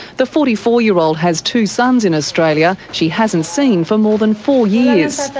the forty four year old has two sons in australia she hasn't seen for more than four years.